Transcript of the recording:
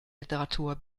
literatur